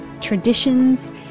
traditions